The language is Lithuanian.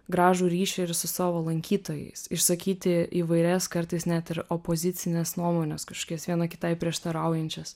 gražų ryšį ir su savo lankytojais išsakyti įvairias kartais net ir opozicines nuomones kažkokias viena kitai prieštaraujančias